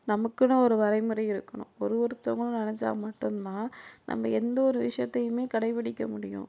நமக்குன்னு ஒரு வரைமுறை இருக்கணும் ஒரு ஒருத்தவங்களும் நினச்சா மட்டும்தான் நம்ப எந்த ஒரு விஷயத்தையுமே கடைப்பிடிக்க முடியும்